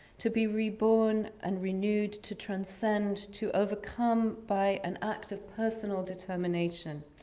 to be reborn and renewed, to transcend, to overcome by an act of personal determination.